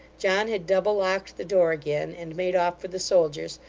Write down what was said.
john had double-locked the door again, and made off for the soldiers,